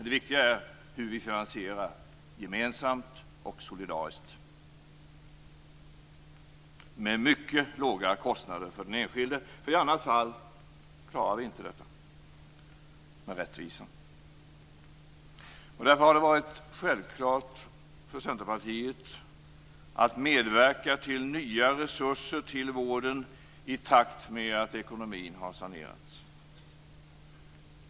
Det viktiga är hur vi gemensamt och solidariskt finansierar det med mycket låga kostnader för den enskilde. I annat fall klarar vi inte rättvisan. Därför har det varit självklart för Centerpartiet att medverka till nya resurser till vården i takt med att ekonomin har sanerats.